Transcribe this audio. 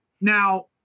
now